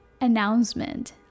announcement